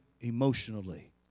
emotionally